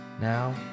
Now